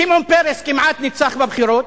שמעון פרס כמעט ניצח בבחירות,